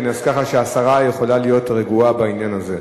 ככה שהשרה יכולה להיות רגועה בעניין הזה.